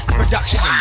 production